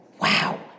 wow